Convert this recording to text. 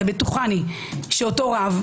בטוחני שאותו רב,